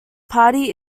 party